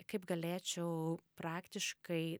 kaip galėčiau praktiškai